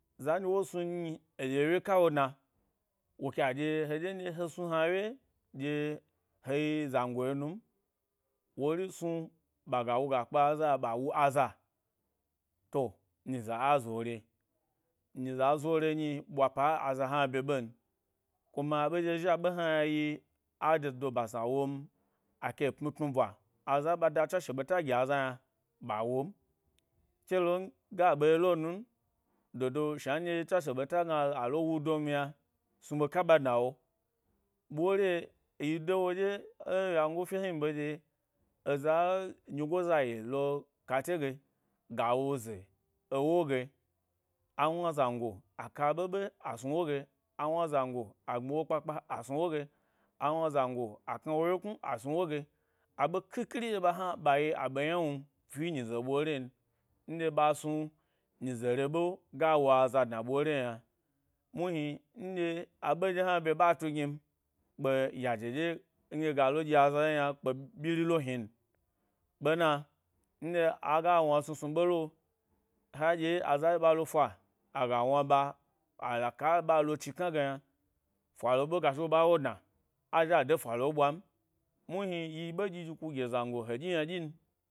Za nɗye wo snum nyi aɗye e wye ka w dna, woke ɗye he ɗye nɗye he snu yna wye ɗye he yi zango num, wori snu ɓaga wuga kpe aza ɓa wu aza. To, nyize a zo re, nyize a zo re nyi ɓwa pa aza yna bye ɓen. Kuma abe ɗye zhi a ɓe hara yi a dedo basna wom ake pmi tnu bwa aza ba da tswashe ɓeta gi aza yna ɓa wum, ke long a ɓe yi lo num dodo shna nɗye tswashe ɓeta gna alo wu do myna snu ɓe ka ɓa dna wo. Ɓore yi dewo ɗye ẻ yango fye hni ɓe ɗye, eza nyigoza yi lo-kate ge ga wo ze ewo ge, awna zango â ɓeɓe a snu’wo ge, a wnazango, a gbmi wo kpakpa a snu’wo ge, awna zango a knawo wyeknu a snu’wo ge. a ɓe khikhi re ɗye ɓa hna ɓa yi a ɓe ynawnu fi nyize ɓore n nɗye ɓa snu-nyize re ɓe ga wo aza dna ɓore yna. Muhni ndye aɓe hna ɓye ɓa tugni n, kpe yaje ɗye nɗye gale ɗye aza ye yna kpe ɓyiri le hni n. Ɓena, aga wna snu snu ɓe lo, ha ɗye-aza ɗye ɓa lo fa aga wna ɓa aga la ka ɓa lo chikna ge yna falo ɓe ga zhi wo ɓa wo hna azhi a de fa lo ɓwam muhni yi ɓe ɗyiɗyi ku ɗye zango wo ɗyi yna ɗyin.